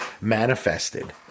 manifested